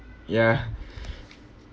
yeah